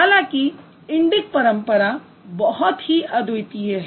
हालांकि इंडिक परंपरा बहुत ही अद्वितीय है